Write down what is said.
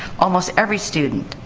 almost every student,